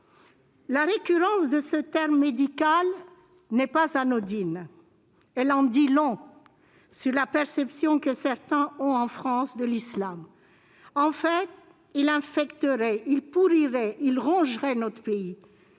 La récurrence de ce terme médical n'est pas anodine. Elle en dit long sur la perception que certains ont, en France, de l'islam. Celui-ci infecterait, pourrirait, rongerait notre pays.